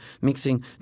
mixing